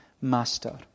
master